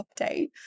update